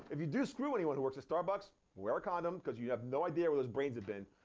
if you do screw anyone who works at starbucks, wear a condom, because you have no idea where those brains have been